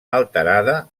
alterada